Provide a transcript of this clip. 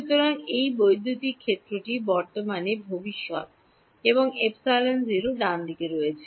সুতরাং এর বৈদ্যুতিক ক্ষেত্রটি বর্তমানে ভবিষ্যতে এবং ε 0 ডানদিকে রয়েছে